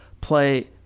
play